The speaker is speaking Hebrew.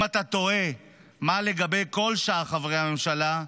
אם אתה תוהה מה לגבי כל שאר חברי הממשלה,